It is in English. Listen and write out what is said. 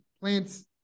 plants